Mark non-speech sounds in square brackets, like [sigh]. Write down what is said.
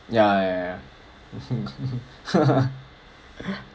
ya I [laughs] [laughs]